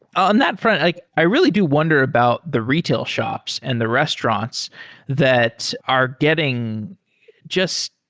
on that front, like i really do wonder about the retail shops and the restaurants that are getting just